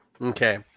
Okay